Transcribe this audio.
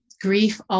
grief